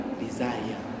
desire